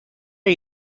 are